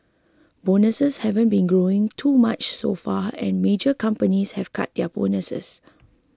bonuses haven't been growing too much so far and major companies have cut their bonuses